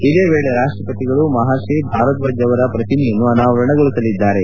ಇದೇ ವೇಳೆ ರಾಷ್ಟ್ ಪತಿಗಳು ಮಹರ್ಷಿ ಭಾರದ್ವಾಜ್ ಅವರ ಪ್ರತಿಮೆಯನ್ನು ಅನಾರಣಗೊಳಿಸಲಿದ್ದಾರೆ